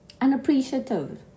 unappreciative